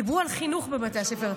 דיברו על חינוך בבתי הספר,